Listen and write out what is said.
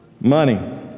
Money